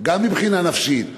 גם מבחינה נפשית,